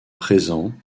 présent